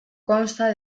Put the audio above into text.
consta